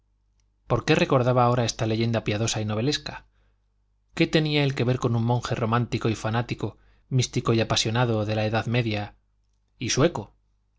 por qué recordaba ahora esta leyenda piadosa y novelesca qué tenía él que ver con un monje romántico y fanático místico y apasionado de la edad media y sueco